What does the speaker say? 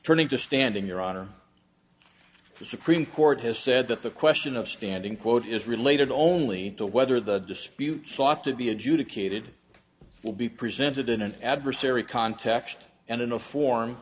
turning to standing your honor the supreme court has said that the question of standing quote is related only to whether the dispute sought to be adjudicated will be presented in an adversary context and in a form